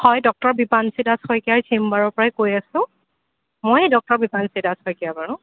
হয় ডক্তৰ বিপাঞ্চি দাস শইকীয়াই চেম্বাৰৰ পৰাই কৈ আছোঁ ময়ে ডক্তৰ দিপাঞ্চি দাস শইকীয়া বাৰু